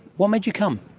what made you come?